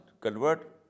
convert